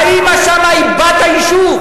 האמא שם היא בת היישוב.